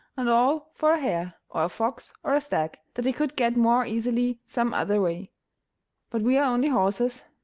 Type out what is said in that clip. and all for a hare, or a fox, or a stag, that they could get more easily some other way but we are only horses,